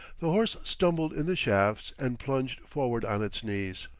the horse stumbled in the shafts and plunged forward on its knees.